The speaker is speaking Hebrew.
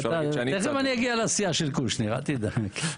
תכף אני אגיע לסיעה של קושניר, אל תדאג.